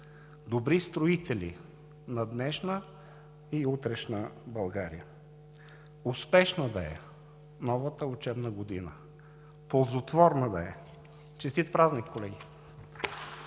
добри строители на днешна и утрешна България. Успешна да е новата учебна година! Ползотворна да е! Честит празник, колеги!